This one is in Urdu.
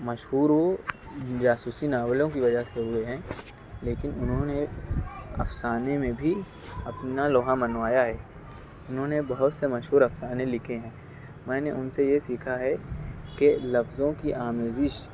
مشہور وہ جاسوسی ناولوں کی وجہ سے ہوئے ہیں لیکن انہوں نے افسانے میں بھی اپنا لوہا منوایا ہے انہوں نے بہت سے مشہور افسانے لکھے ہیں میں نے ان سے یہ سیکھا ہے کہ لفظوں کی آمیزش